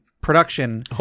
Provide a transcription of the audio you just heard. production